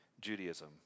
Judaism